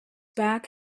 back